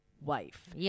wife